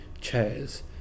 chairs